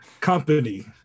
company